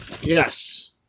Yes